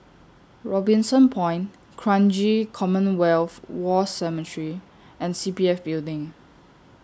Robinson Point Kranji Commonwealth War Cemetery and C P F Building